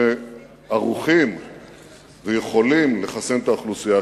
שערוכות ויכולות לחסן את האוכלוסייה.